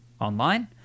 online